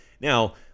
now